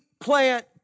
plant